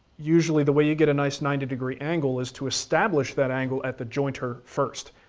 usually the way you get a nice ninety degree angle is to establish that angle at the jointer first.